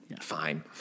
fine